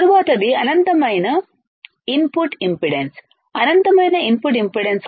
తరువాతది అనంతమైన input impedance అనంతమైన ఇన్పుట్ ఇమ్పిడెన్సు